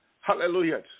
Hallelujah